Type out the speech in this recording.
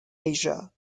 asia